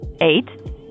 Eight